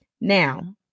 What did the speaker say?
Now